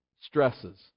stresses